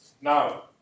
Now